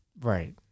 Right